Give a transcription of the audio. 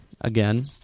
again